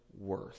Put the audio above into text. worth